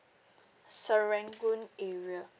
serangoon area